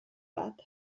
bat